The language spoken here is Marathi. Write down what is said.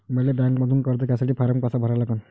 मले बँकेमंधून कर्ज घ्यासाठी फारम कसा भरा लागन?